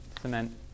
cement